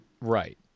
Right